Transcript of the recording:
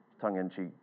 tongue-in-cheek